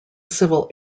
civil